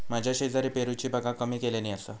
माझ्या शेजारी पेरूची बागा उभी केल्यानी आसा